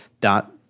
dot